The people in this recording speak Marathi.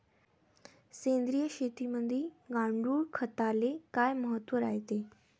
सेंद्रिय शेतीमंदी गांडूळखताले काय महत्त्व रायते?